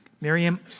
Miriam